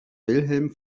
wilhelm